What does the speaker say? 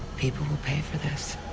people will pay for this.